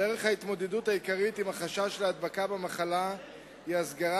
דרך ההתמודדות העיקרית עם החשש להדבקה במחלה היא הסגרת